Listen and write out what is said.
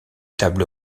table